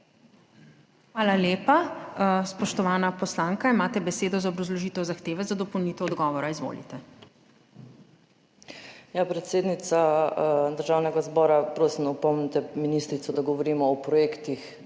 Hvala lepa. Spoštovana poslanka, imate besedo za obrazložitev zahteve za dopolnitev odgovora. Izvolite. **JELKA GODEC (PS SDS):** Predsednica Državnega zbora, prosim, da opomnite ministrico, da govorimo o projektih